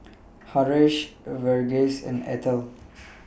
Haresh Verghese and Atal